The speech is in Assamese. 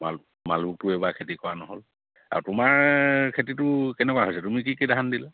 মালভোগটো এইবাৰ খেতি কৰা নহ'ল আৰু তোমাৰ খেতিটো কেনেকুৱা হৈছে তুমি কি কি ধান দিলা